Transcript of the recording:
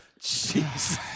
Jeez